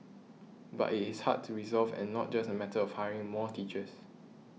but it is hard to resolve and not just a matter of hiring more teachers